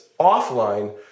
offline